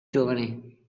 giovani